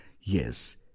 Yes